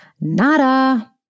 nada